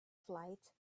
flight